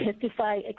testify